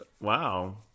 Wow